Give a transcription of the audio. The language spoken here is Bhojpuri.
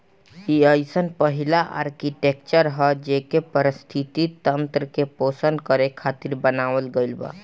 इ अइसन पहिला आर्कीटेक्चर ह जेइके पारिस्थिति तंत्र के पोषण करे खातिर बनावल गईल बा